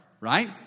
right